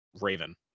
raven